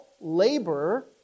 labor